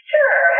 Sure